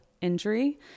injury